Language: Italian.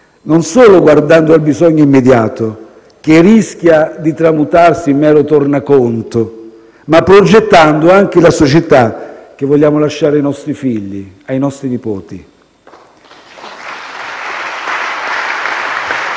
non solo guardando al bisogno immediato, che rischia di tramutarsi in mero tornaconto, ma anche progettando la società che vogliamo lasciare ai nostri figli, ai nostri nipoti.